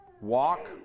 walk